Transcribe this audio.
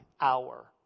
hour